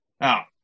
Now